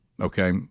okay